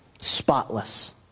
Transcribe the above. spotless